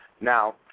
Now